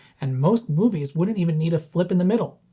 and most movies wouldn't even need a flip in the middle!